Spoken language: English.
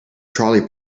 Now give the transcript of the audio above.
trolley